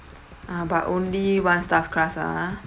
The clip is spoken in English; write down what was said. ah but only one stuffed crust ah